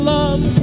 love